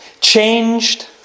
changed